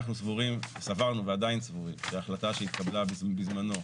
אנחנו סברנו ועדיין סבורים שההחלטה שהתקבלה בזמנו,